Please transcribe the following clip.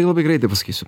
labai greitai pasakysiu